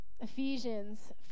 Ephesians